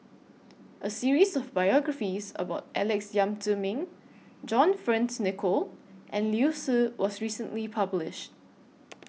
A series of biographies about Alex Yam Ziming John Friends Nicoll and Liu Si was recently published